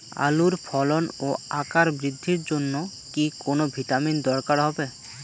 আলুর ফলন ও আকার বৃদ্ধির জন্য কি কোনো ভিটামিন দরকার হবে?